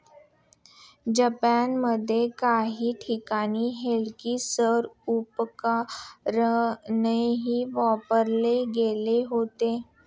जपानमध्ये काही ठिकाणी हलकी सौर उपकरणेही वापरली गेली होती